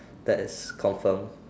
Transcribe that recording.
that is confirm